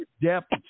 depth